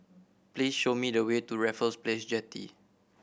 please show me the way to Raffles Place Jetty